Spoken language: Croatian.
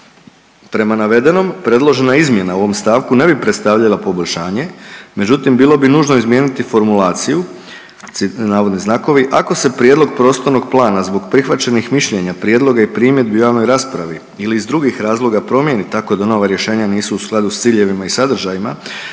Prema navedenom, predložena izmjena u ovom stavku ne bi predstavljala poboljšanje. Međutim, bilo bi nužno izmijeniti formulaciju navodni znakovi ako se prijedlog prostornog plana zbog prihvaćenih mišljenja, prijedloga i primjedbi u javnoj raspravi ili iz drugih razloga promijeni tako da nova rješenja nisu u skladu sa ciljevima i sadržajima,